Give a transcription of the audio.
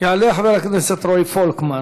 יעלה חבר הכנסת רועי פולקמן,